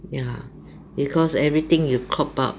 ya because everything you coop up